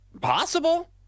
Possible